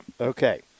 Okay